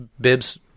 bibs